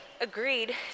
agreed